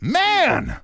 man